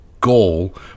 goal